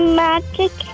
magic